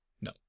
No